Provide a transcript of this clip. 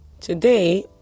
Today